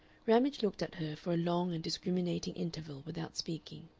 ramage looked at her for a long and discriminating interval without speaking.